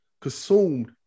consumed